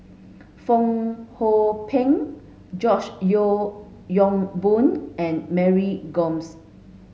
Fong Hoe Beng George Yeo Yong Boon and Mary Gomes